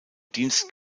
dienst